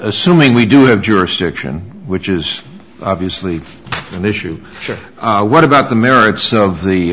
assuming we do have jurisdiction which is obviously an issue what about the merits of the